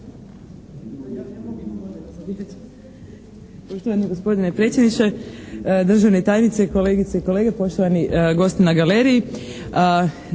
Poštovani gospodine predsjedniče, državni tajniče, kolegice i kolege, poštovani gosti na galeriji.